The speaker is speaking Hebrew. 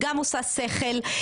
היא גם עושה שכל,